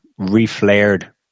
reflared